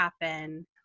happen